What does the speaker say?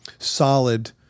solid